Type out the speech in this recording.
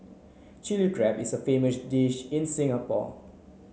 Chilli Crab is a famous dish in Singapore